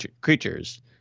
creatures